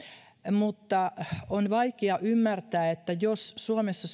mutta on vaikea ymmärtää ja uskoa että jos suomessa